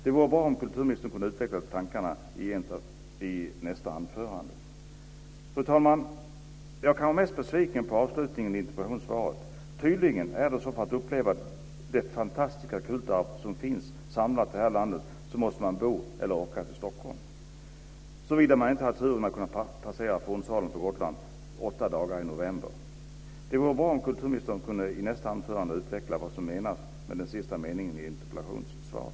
Det vore bra om kulturministern kunde utveckla tankarna i nästa anförande. Fru talman! Jag kanske är mest besviken på avslutningen i interpellationssvaret. Tydligen är det så att för att kunna uppleva "det fantastiska kulturarv som finns samlat i det här landet" så måste man bo i eller åka till Stockholm, såvida man inte hade turen att kunna passa in ett besök på Fornsalen i Visby under åtta dagar i november. Det vore bra om kulturministern i nästa anförande kunde utveckla vad som menas med den sista meningen i interpellationssvaret.